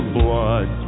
blood